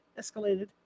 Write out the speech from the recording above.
escalated